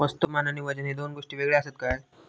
वस्तुमान आणि वजन हे दोन गोष्टी वेगळे आसत काय?